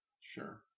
Sure